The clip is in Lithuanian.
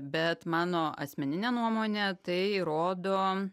bet mano asmenine nuomone tai rodo